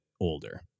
older